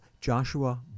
Joshua